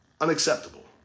Unacceptable